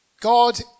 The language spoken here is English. God